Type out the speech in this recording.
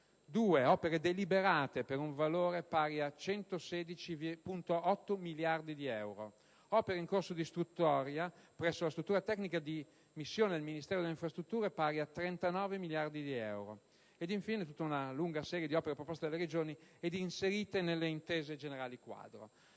2. opere deliberate, per un valore pari a 116,8 miliardi di euro; 3. opere in corso di istruttoria presso la struttura tecnica di missione del Ministero delle infrastrutture, pari a circa 39 miliardi di euro; 4. opere proposte dalle regioni ed inserite nelle intese generali quadro.